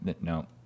No